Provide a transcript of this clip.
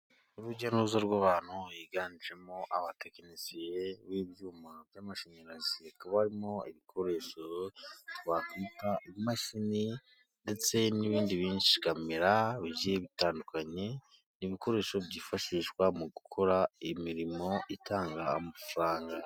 Urujya nuruza rw'abantu biganjemo abatekinisiye b'ibyuma by'amashanyarazi, hakaba barimo ibikoresho twakwita imashini, ndetse n'ibindi bikamera bitandukanye, n' ibikoresho byifashishwa mu gukora imirimo itanga amafaranga.